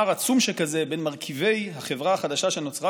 פער עצום שכזה בין מרכיבי החברה החדשה שנוצרה